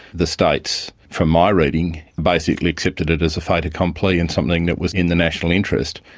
the states, from my reading, basically accepted it as a fait accompli and something that was in the national interest.